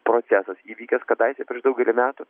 procesas įvykęs kadaise prieš daugelį metų